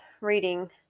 reading